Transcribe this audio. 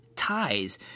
ties